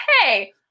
hey